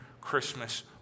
Christmas